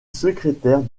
secrétaire